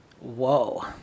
whoa